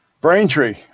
Braintree